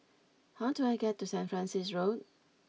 how do I get to Saint Francis Road